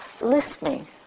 listening